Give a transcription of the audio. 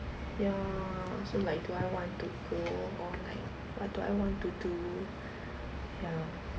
ya so like do I want to go or like what do I want to do ya